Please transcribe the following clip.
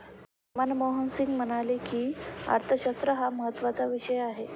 मनमोहन सिंग म्हणाले की, अर्थशास्त्र हा महत्त्वाचा विषय आहे